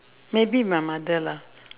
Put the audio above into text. maybe my mother lah